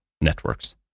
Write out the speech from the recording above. networks